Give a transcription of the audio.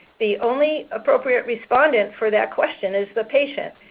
the only appropriate respondent for that question is the patient.